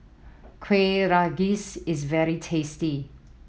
Kueh Rengas is very tasty